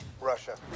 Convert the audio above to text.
Russia